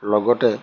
লগতে